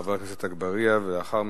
חבר הכנסת עפו אגבאריה, ולאחר מכן,